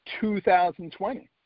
2020